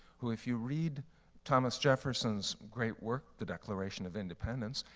who if you read thomas jefferson's great work, the declaration of independence,